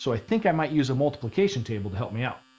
so i think i might use a multiplication table to help me out.